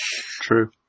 True